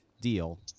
deal